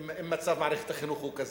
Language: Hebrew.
אם מצב מערכת החינוך הוא כזה,